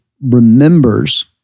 remembers